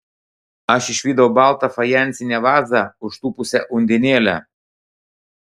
ir išvydau baltą fajansinę vazą užtūpusią undinėlę